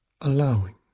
allowing